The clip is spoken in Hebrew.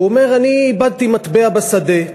הוא אומר, אני איבדתי מטבע בשדה.